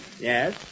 Yes